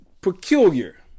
peculiar